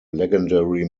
legendary